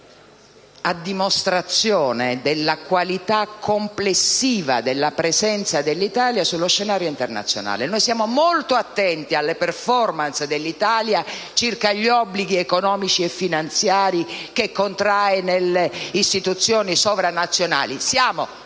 a dimostrazione della qualità complessiva della presenza dell'Italia sullo scenario internazionale. Siamo molto attenti alle *performance* dell'Italia circa gli obblighi economici e finanziari che contrae nelle istituzioni sovranazionali, ma siamo troppo